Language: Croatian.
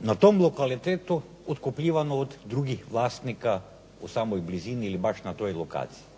na tom lokalitetu otkupljivano od drugih vlasnika u samoj blizini ili baš na toj lokaciji?